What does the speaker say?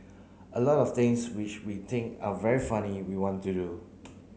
a lot of things which we think are very funny we want to do